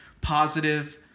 positive